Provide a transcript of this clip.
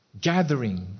gathering